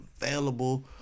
available